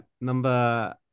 number